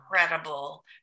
incredible